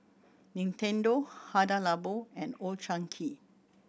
Nintendo Hada Labo and Old Chang Kee